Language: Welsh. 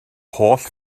holl